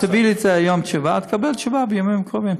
תביא לי את זה היום, תקבל תשובה בימים הקרובים.